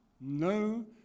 No